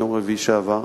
ביום רביעי שעבר,